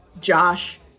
Josh